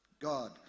God